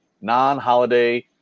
non-holiday